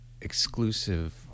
exclusive